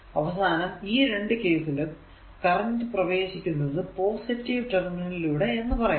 അവസാനം ഈ രണ്ടു കേസിലും കറന്റ് പ്രവേശിക്കുന്നത് പോസിറ്റീവ് ടെർമിനൽ ലൂടെ എന്ന് പറയാം